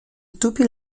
tupi